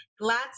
glad